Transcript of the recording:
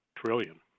trillion